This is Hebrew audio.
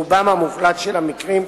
ברובם המוחלט של המקרים,